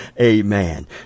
Amen